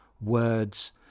words